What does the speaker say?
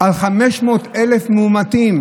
על 500,000 מאומתים,